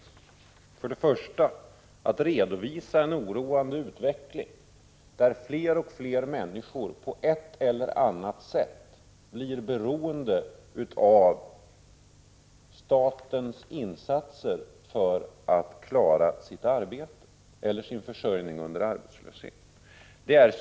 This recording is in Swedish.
111 Syftet med det första s.k. räknestycket är att redovisa en oroande utveckling, där fler och fler människor på ett eller annat sätt blir beroende av statens insatser för att klara sin försörjning under arbetslöshet.